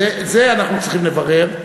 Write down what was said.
את זה אנחנו צריכים לברר,